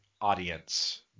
audience